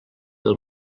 del